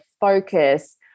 focus